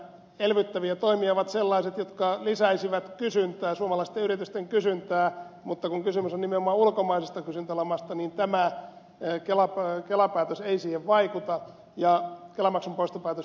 elvyttäviä toimia ovat sellaiset jotka lisäisivät kysyntää suomalaisten yritysten kysyntää mutta kun kysymys on nimenomaan ulkomaisesta kysyntälamasta niin tämä kelamaksun poistopäätös ei siihen vaikuta